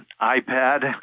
iPad